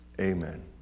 Amen